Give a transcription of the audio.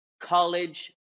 college